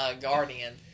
Guardian